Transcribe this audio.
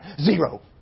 Zero